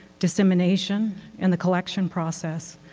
dissemination and the collection process.